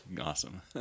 Awesome